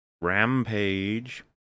rampage